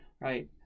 right